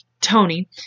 Tony